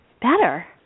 better